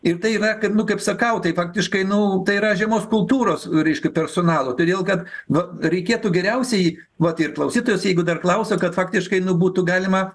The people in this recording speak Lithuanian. ir tai yra kad nu kaip sakau tai faktiškai nu tai yra žemos kultūros reiškia personalo todėl kad nu reikėtų geriausiai vat ir klausytojas jeigu dar klausia kad faktiškai būtų galima